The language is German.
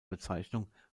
bezeichnung